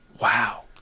Wow